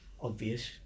obvious